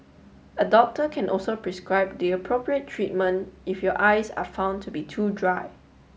a doctor can also prescribe the appropriate treatment if your eyes are found to be too dry